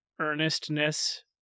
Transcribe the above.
earnestness